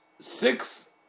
six